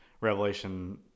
revelation